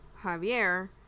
javier